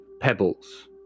pebbles